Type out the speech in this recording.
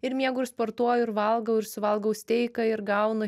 ir miegu ir sportuoju ir valgau ir suvalgau steiką ir gaunu